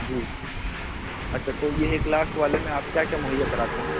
جی اچھا تو یہ ایک لاکھ والے میں آپ کیا کیا مہیا کراتے ہیں